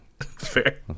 Fair